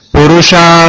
Purusha